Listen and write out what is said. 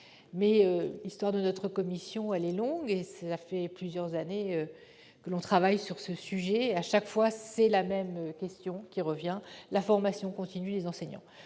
Mais l'histoire de notre commission est longue : cela fait plusieurs années que l'on travaille sur ce sujet et, à chaque fois, la question de la formation continue des enseignants